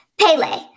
Pele